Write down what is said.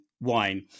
wine